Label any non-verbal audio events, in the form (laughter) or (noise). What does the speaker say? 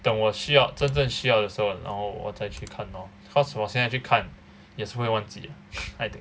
等我需要真正需要的时候然后我才去看 lor cause 我现在去看也是会忘记 ah (laughs) I think